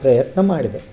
ಪ್ರಯತ್ನ ಮಾಡಿದೆ